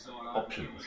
options